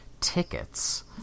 Tickets